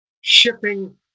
shipping